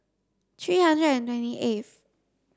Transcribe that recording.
three hundred and twenty eighth